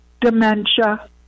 dementia